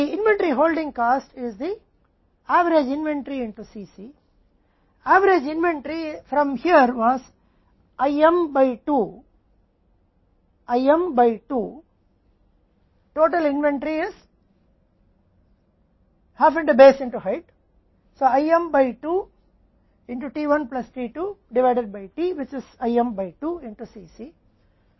inventory holding की लागत C c में औसत इन्वेंट्री है औसत इन्वेंट्री यहाँ से हम IM बाय 2 IM बाय 2 कुल इन्वेंट्री ऊंचाई में आधा आधार है इसलिए IM by 2 divided by T जो कि IM बाय 2 Cc